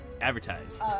advertised